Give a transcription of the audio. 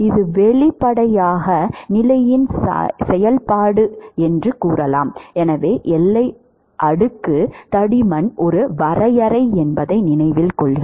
இது வெளிப்படையாக நிலையின் செயல்பாடு எனவே எல்லை அடுக்கு தடிமன் ஒரு வரையறை என்பதை நினைவில் கொள்க